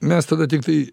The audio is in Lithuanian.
mes tada tiktai